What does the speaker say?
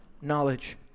Knowledge